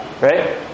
right